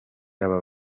aba